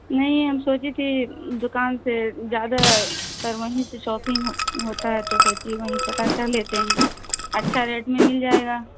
نہیں ہم سوچے کہ دکان سے زیادہ تر وہیں سے شاپنگ ہوتا ہے تو سوچی وہیں پتا کر لیتے ہیں اچھا ریٹ میں مل جائے گا